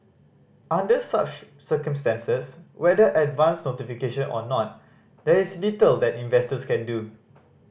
under such circumstances whether advance notification or not there is little that investors can do